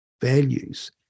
values